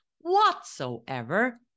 whatsoever